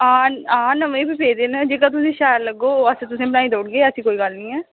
हां नमें बी पेदे न जेह्का तुसेंगी शैल लगोग अस तुसेंगी बनाई देई औड़गे ऐसी कोई गल्ल नीं ऐ